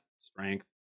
strength